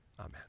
Amen